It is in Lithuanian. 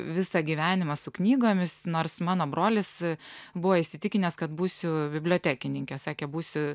visą gyvenimą su knygomis nors mano brolis buvo įsitikinęs kad būsiu bibliotekininkė sakė būsi